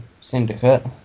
syndicate